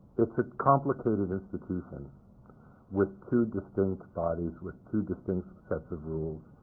it's a complicated institution with two distinct bodies, with two distinct sets of rules,